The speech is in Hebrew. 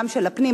גם של הפנים,